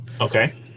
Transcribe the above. Okay